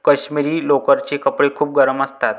काश्मिरी लोकरचे कपडे खूप गरम असतात